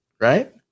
right